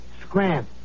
Scram